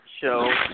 show